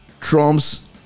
trumps